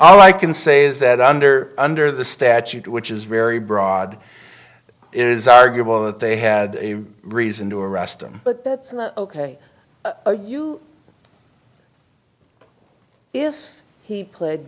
all i can say is that under under the statute which is very broad it is arguable that they had a reason to arrest them but that's not ok for you if he pled